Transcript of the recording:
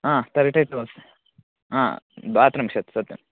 आ तर्हि टैट् भवतु आ द्वात्रिंशत् सत्यम्